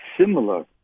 similar